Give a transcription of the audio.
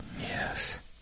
Yes